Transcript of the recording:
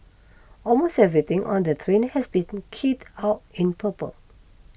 almost everything on the train has been kitted out in purple